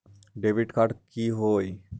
Debit card की होई?